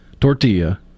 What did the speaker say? tortilla